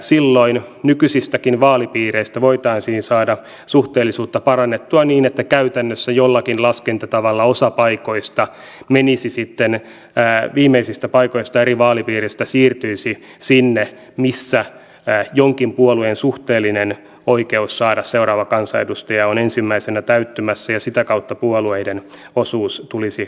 silloin nykyisissäkin vaalipiireissä voitaisiin saada suhteellisuutta parannettua niin että käytännössä jollakin laskentatavalla osa viimeisistä paikoista eri vaalipiireistä siirtyisi sinne missä jonkin puolueen suhteellinen oikeus saada seuraava kansanedustaja on ensimmäisenä täyttymässä ja sitä kautta puolueiden osuus tulisi oikeaksi